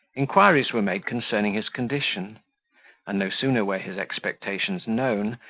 inquiries were made concerning his condition and no sooner were his expectations known,